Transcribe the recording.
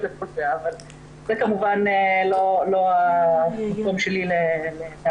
אבל זה כמובן לא התחום שלי לאבחן.